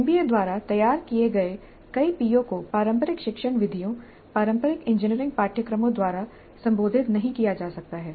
NBA द्वारा तैयार किए गए कई पीओ को पारंपरिक शिक्षण विधियों पारंपरिक इंजीनियरिंग पाठ्यक्रमों द्वारा संबोधित नहीं किया जा सकता है